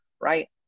right